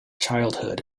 childhood